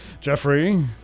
Jeffrey